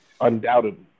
undoubtedly